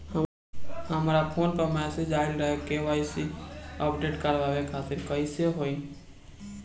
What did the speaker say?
हमरा फोन पर मैसेज आइलह के.वाइ.सी अपडेट करवावे खातिर त कइसे होई?